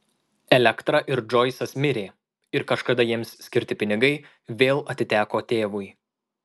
elektra ir džoisas mirė ir kažkada jiems skirti pinigai vėl atiteko tėvui